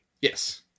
Yes